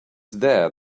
there